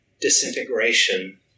disintegration